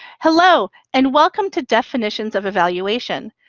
hello and welcome to definitions of evaluation.